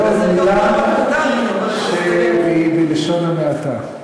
זה עוד מילה שהיא בלשון המעטה,